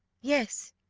yes,